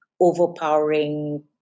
overpowering